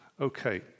Okay